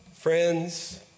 friends